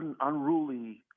unruly